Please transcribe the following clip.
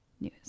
news